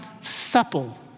supple